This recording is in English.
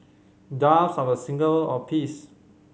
doves are a symbol of peace